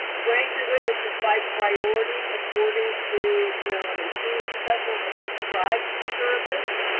rank your witnesses by priority, according to, you know, are they treating professionals that prescribe the service,